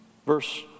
Verse